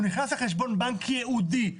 הוא נכנס לחשבון בנק ייעודי,